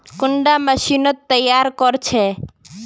कुंडा मशीनोत तैयार कोर छै?